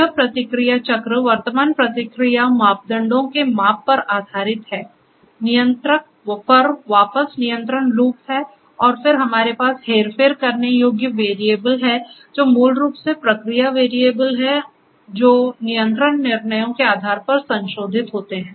यह प्रतिक्रिया चक्र वर्तमान प्रक्रिया मापदंडों के माप पर आधारित है नियंत्रक पर वापस नियंत्रण लूप है और फिर हमारे पास हेरफेर करने योग्य वेरिएबल हैं जो मूल रूप से प्रक्रिया वेरिएबल हैं जो नियंत्रण निर्णयों के आधार पर संशोधित होते हैं